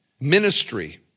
ministry